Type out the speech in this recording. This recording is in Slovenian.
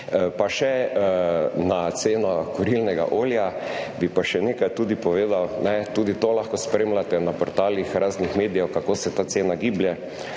Pa še na ceno kurilnega olja, bi pa še nekaj tudi povedal. Tudi to lahko spremljate na portalih raznih medijev, kako se ta cena giblje.